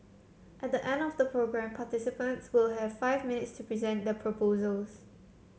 at the end of the programme participants will have five minutes to present their proposals